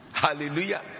Hallelujah